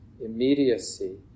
immediacy